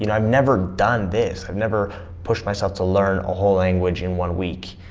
you know i've never done this, i've never pushed myself to learn a whole language in one week!